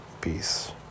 peace